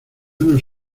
nos